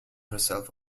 herself